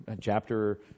chapter